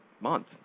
month